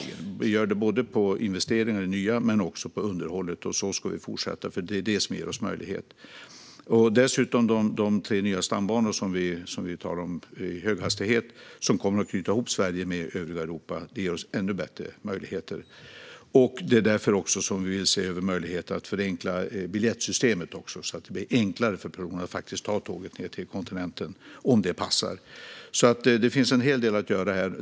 Vi gör det både i form av nyinvesteringar och i form av underhåll. Så ska vi fortsätta, för det är detta som ger oss möjlighet. De tre nya stambanor för höghastighet som vi har talat om kommer att knyta ihop Sverige med övriga Europa och ge oss ännu bättre möjligheter. Därför vill vi också se över möjligheten att förenkla biljettsystemet, så att det blir enklare att ta tåget ned till kontinenten om det passar. Det finns alltså en hel del att göra här.